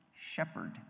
shepherd